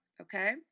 Okay